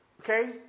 Okay